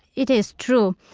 it is true.